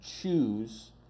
choose